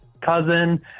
cousin